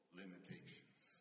limitations